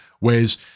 ways